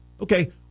okay